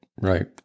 Right